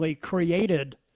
created